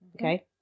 Okay